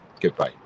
goodbye